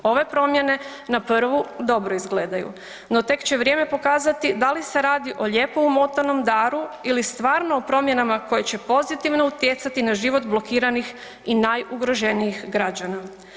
Ove promjene na prvu dobro izgledaju, no tek će vrijeme pokazati da li se radi o lijepo umotanom daru ili stvarno o promjenama koje će pozitivno utjecati na život blokiranih i najugroženijih građana.